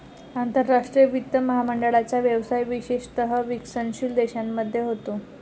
आंतरराष्ट्रीय वित्त महामंडळाचा व्यवसाय विशेषतः विकसनशील देशांमध्ये होतो